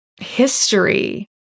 history